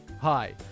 Hi